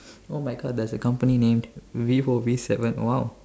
oh my god there's a company named V O V seven !wow!